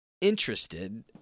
interested